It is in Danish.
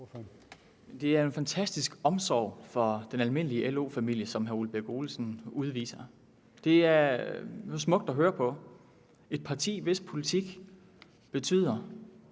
Det er en fantastisk omsorg for den almindelige LO-familie, som hr. Ole Birk Olesen udviser. Det er nu smukt at høre på fra et parti, hvis politik betyder